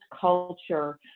culture